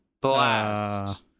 Blast